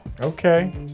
Okay